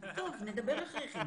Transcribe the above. נדבר אחר כך.